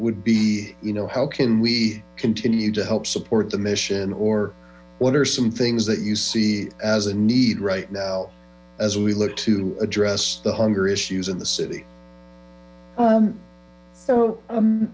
would be you know how can we continue to help support the mission or what are some things that you see as a need right now as we look to address the hunger issues in the city